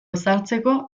ezartzeko